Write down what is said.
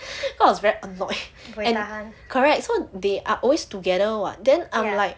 cause I was very annoyed and correct so they are always together [one] [what] then I'm like